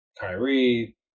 Kyrie